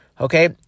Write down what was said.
Okay